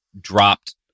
dropped